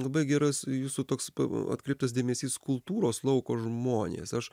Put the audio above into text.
labai geras jūsų toks atkreiptas dėmesys kultūros lauko žmonės aš